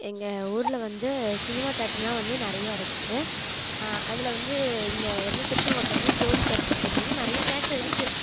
எங்கள் ஊரில் வந்து சினிமா தியேட்டருன்னா வந்து நிறையா இருக்குது அதில் வந்து இங்கே வந்து திரிச்செங்கோட்டில் வந்து ஜோதி தியேட்ரு தெரியும் நிறைய தியேட்ரு இருக்குது